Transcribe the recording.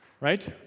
right